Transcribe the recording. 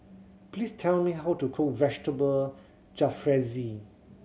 please tell me how to cook Vegetable Jalfrezi